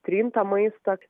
trintą maistą